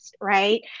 right